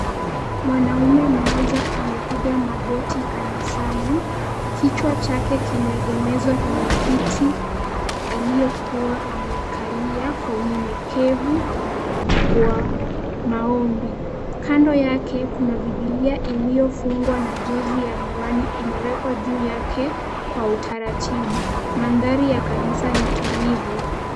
Mwanaume mmoja amepiga magoti kanisani, kichwa chake kimeegemezwa kwenye kiti aliyokuwa amekalia kwa unyenyekevu wa maombi. Kandi yake, kuna biblia iliyofungwa na jonzi ya miwani imewekwa juu yake kwa utaratibu. Mandhari ya kanisa ni tulivu.